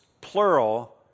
plural